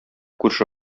күрше